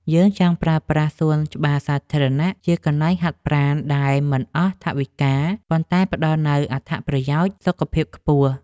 យើងចង់ប្រើប្រាស់សួនច្បារសាធារណៈជាកន្លែងហាត់ប្រាណដែលមិនអស់ថវិកា ប៉ុន្តែផ្ដល់នូវអត្ថប្រយោជន៍សុខភាពខ្ពស់។